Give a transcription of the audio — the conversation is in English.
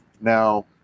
Now